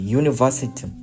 university